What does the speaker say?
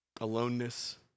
aloneness